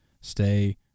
stay